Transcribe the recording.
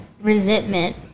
resentment